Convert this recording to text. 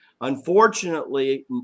Unfortunately